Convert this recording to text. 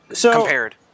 compared